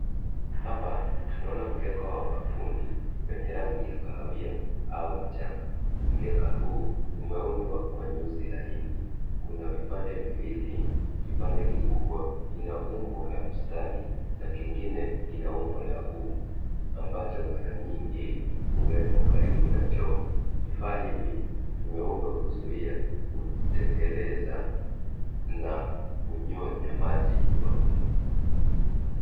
Hapa tunaona mkeka wa bafuni wenye rangi ya kahawia au mchanga. Mkeka huu umeundwa kwa nyuzi laini. Kuna vipande viwili, kipande kikubwa kina umbo la mstari, na kingine kina umbo la u, ambacho mara nyingi huwekwa karibu na choo. Vifaa hivi, vimeundwa kuzuia, kutekeleza, na kunyonya maji bafuni.